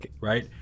right